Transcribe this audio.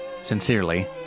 Sincerely